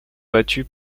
battu